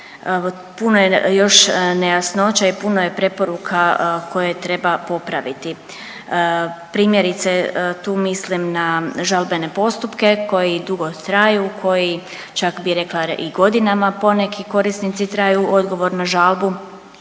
puno je još nejasnoća i puno je preporuka koje treba popraviti. Primjerice tu mislim na žalbene postupke koji dugo traju, koji čak bi rekla i godinama poneki korisnici traju odgovor na žalbu,